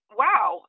wow